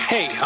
Hey